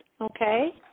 Okay